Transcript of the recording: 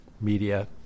media